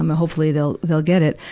um hopefully they'll, they'll get it.